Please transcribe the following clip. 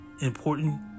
Important